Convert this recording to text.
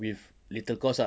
with little cost ah